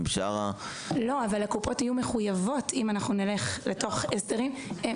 אבל הקופות יהיו מחויבות אם נלך לתוך הסדרים.